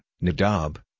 Nadab